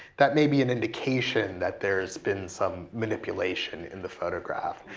that may be an indication that there's been some manipulation in the photograph.